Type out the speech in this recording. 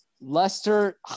Leicester –